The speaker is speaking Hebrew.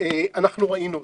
אנחנו ראינו אותו,